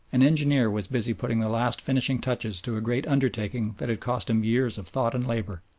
an engineer was busy putting the last finishing touches to a great undertaking that had cost him years of thought and labour.